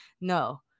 No